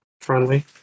Friendly